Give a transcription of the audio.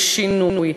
לשינוי,